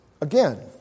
again